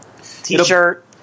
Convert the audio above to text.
T-shirt